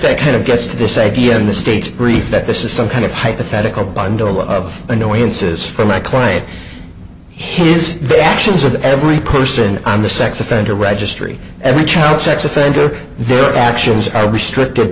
fake kind of gets to this a t m the state's brief that this is some kind of hypothetical bundle of annoyances for my client his actions or that every person on the sex offender registry every child sex offender their actions are restricted